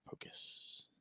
focus